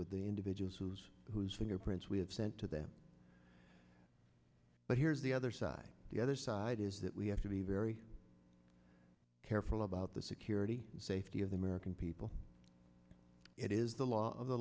with the individuals whose whose fingerprints we have sent to them but here's the other side the other side is that we have to be very careful about the security and safety of the american people it is the law of the